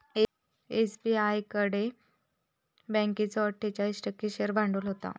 SBI कडे Yes बँकेचो अट्ठोचाळीस टक्को शेअर भांडवल होता